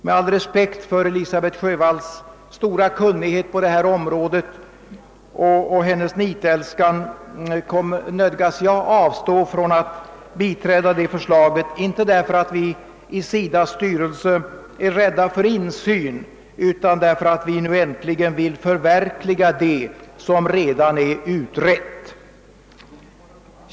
Med all respekt för Elisabet Sjövalls stora kunnighet på detta område och hennes nitälskan nödgas jag därför avstå från att biträda detta förslag, inte därför att vi inom SIDA:s styrelse är rädda för insyn i vårt arbete, utan därför att vi nu äntligen önskar förverkliga det som redan är utrett.